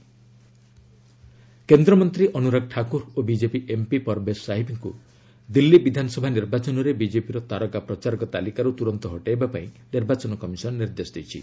EC Anurag କେନ୍ଦ୍ରମନ୍ତ୍ରୀ ଅନୁରାଗ ଠାକୁର ଓ BJP MP Parvesh ସାହିବ୍ଙ୍କୁ ଦିଲ୍ଲୀ ବିଧାନସଭା ନିର୍ବାଚନରେ ବିଜେପିର ତାରକା ପ୍ରଚାରକ ତାଲିକାରୁ ତୁରନ୍ତ ହଟାଇବାପାଇଁ ନିର୍ବାଚନ କମିଶନ୍ ନିର୍ଦ୍ଦେଶ ଦେଇଛି